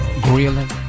grilling